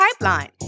pipeline